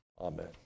Amen